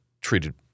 treated